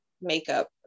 makeup